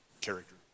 character